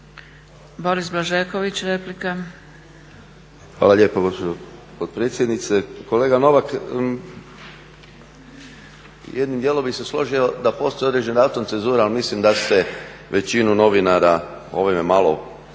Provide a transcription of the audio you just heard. **Blažeković, Boris (HNS)** Hvala lijepo gospođo potpredsjednice. Kolega Novak, jednim dijelom bi se složio da postoji određena … cenzura ali mislim da se većinu novinara ovime malo